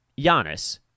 Giannis